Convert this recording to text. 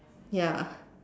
ya